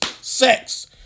sex